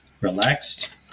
relaxed